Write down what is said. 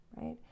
Right